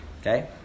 Okay